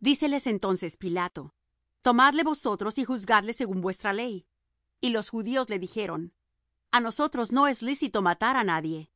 díceles entonces pilato tomadle vosotros y juzgadle según vuestra ley y los judíos le dijeron a nosotros no es lícito matar á nadie